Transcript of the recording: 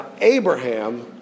Abraham